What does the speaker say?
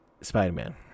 Spider-Man